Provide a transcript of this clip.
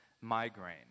migraine